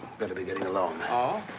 better be getting along. i'll